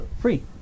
free